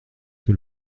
que